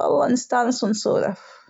والله نستأنس ونسولف.